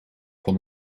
van